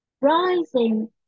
rising